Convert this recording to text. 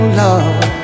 love